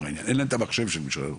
אין להם את המחשב של מרשם האוכלוסין.